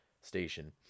station